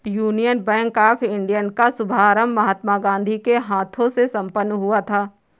union Bank of India का शुभारंभ महात्मा गांधी के हाथों से संपन्न हुआ था